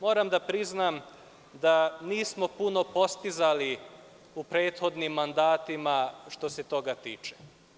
Moram da priznam da nismo puno postizali u prethodnim mandatima, što se toga tiče.